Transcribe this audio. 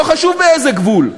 לא חשוב באיזה גבול,